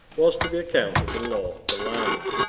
was to be accounted the law of the land.